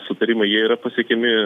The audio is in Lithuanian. sutarimai jie yra pasiekiami